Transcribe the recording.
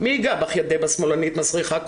"מי ייגע בך יה דברה שמאלנית מסריחה,